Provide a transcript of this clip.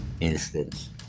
instance